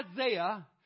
Isaiah